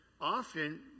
often